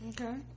Okay